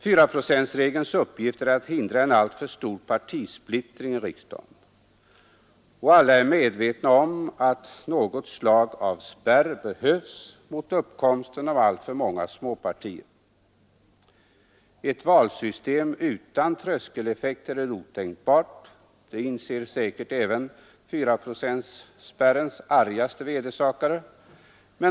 Fyraprocentsregelns uppgift är att hindra en alltför stor partisplittring i riksdagen. Alla är väl medvetna om att något slag av spärr behövs mot uppkomsten av alltför många småpartier. Ett valsystem utan tröskeleffekter är otänkbart — det inser säkert även fyraprocentsspärrens argaste vedersakare.